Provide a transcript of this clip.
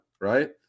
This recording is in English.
Right